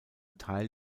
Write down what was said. teil